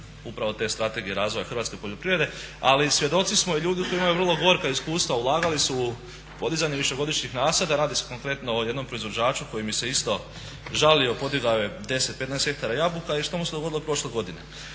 upravo te Strategije razvoja hrvatske poljoprivrede ali svjedoci smo i ljudi koji imaju vrlo gorka iskustva ulagali su u podizanje višegodišnjih nasada, radi se konkretno o jednom proizvođaču koji mi se isto žalio podigao je 10, 15 hektara jabuka. I što mu se dogodilo prošle godine?